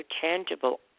tangible